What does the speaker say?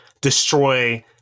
destroy